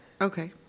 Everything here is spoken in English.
Okay